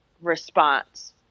response